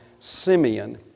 Simeon